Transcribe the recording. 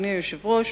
אדוני היושב-ראש,